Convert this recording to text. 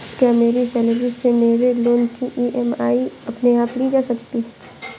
क्या मेरी सैलरी से मेरे लोंन की ई.एम.आई अपने आप ली जा सकती है?